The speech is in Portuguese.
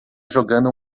jogando